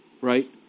right